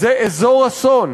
זה אזור אסון.